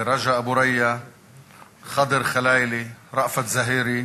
ורג'א אבו ריא וח'דר ח'לאילה, ראפת זוהיירי